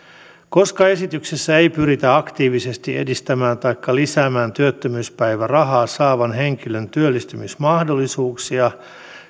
koska esityksessä ei pyritä aktiivisesti edistämään taikka lisäämään työttömyyspäivärahaa saavan henkilön työllistymismahdollisuuksia